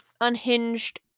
unhinged